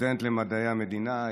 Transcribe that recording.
סטודנט למדעי המדינה,